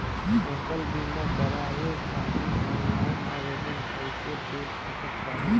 फसल बीमा करवाए खातिर ऑनलाइन आवेदन कइसे दे सकत बानी?